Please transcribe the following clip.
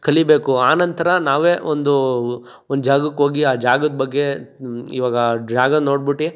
ಕಲಿಬೇಕು ಆನಂತರ ನಾವೇ ಒಂದು ಒಂದು ಜಾಗಕ್ಕೋಗಿ ಆ ಜಾಗದ ಬಗ್ಗೆ ಇವಾಗ ಜಾಗ ನೋಡ್ಬುಟ್ಟು